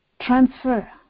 transfer